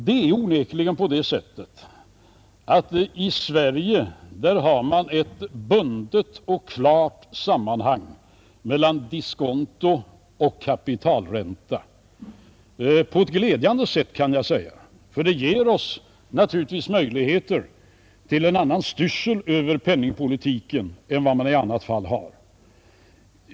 Det är onekligen på det sättet att i Sverige har vi ett bundet och klart sammanhang mellan diskonto och kapitalränta — på ett glädjande sätt, kan jag säga, ty det ger oss naturligtvis möjligheter till en annan styrsel över penningpolitiken än vad man i annat fall har.